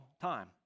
time